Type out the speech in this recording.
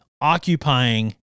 occupying